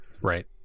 Right